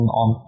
on